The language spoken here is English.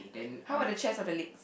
how about the chest or the leg